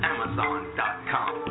Amazon.com